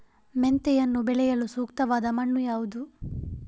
ಮೆಂತೆಯನ್ನು ಬೆಳೆಯಲು ಸೂಕ್ತವಾದ ಮಣ್ಣು ಯಾವುದು?